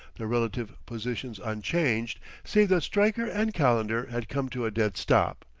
their relative positions unchanged, save that stryker and calendar had come to a dead stop,